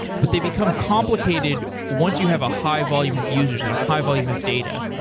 but they become complicated once you have a high volume of users and a high volume of data,